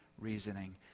reasoning